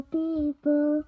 people